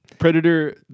Predator